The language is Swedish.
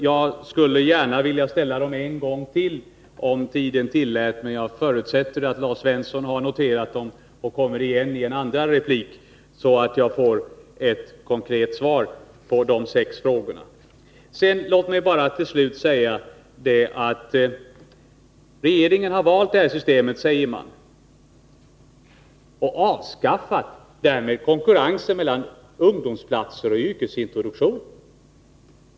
Jag skulle gärna vilja ställa frågorna en gång till om tiden tillät, men jag förutsätter att Lars Svensson har noterat dem och kommer igen i en andra replik så att jag får ett komplett svar på de sex frågorna. Regeringen har valt det här systemet, säger man, och därmed avskaffat konkurrensen mellan ungdomsplatser och yrkesintroduktion.